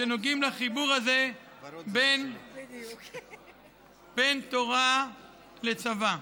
שנוגעים לחיבור הזה בין תורה לצבא.